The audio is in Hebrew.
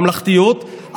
ממלכתיות,